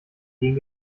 gegen